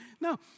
No